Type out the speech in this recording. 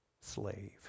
slave